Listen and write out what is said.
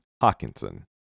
Hawkinson